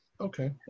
Okay